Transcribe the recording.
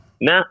No